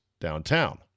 downtown